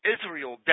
Israel